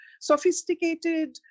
sophisticated